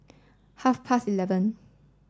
half past eleven